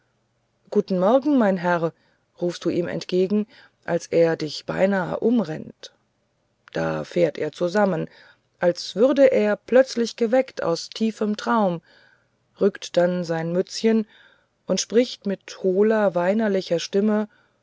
guten morgen mein herr rufst du ihm entgegen als er dich beinahe umrennt da fährt er zusammen als würde er plötzlich geweckt aus tiefem traum rückt dann sein mützchen und spricht mit hohler weinerlicher stimme